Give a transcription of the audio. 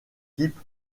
type